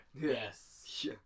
Yes